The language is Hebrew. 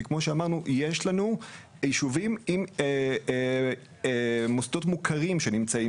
כי כמו שאמרנו יש לנו יישובים עם מוסדות מוכרים שנמצאים